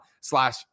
slash